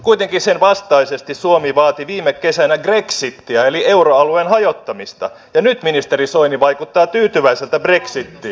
kuitenkin sen vastaisesti suomi vaati viime kesänä grexitiä eli euroalueen hajottamista ja nyt ministeri soini vaikuttaa tyytyväiseltä brexitiin